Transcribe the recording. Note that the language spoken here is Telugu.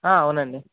అవునండి